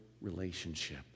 relationship